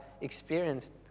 experienced